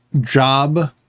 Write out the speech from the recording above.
job